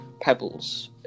pebbles